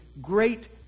great